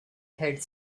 had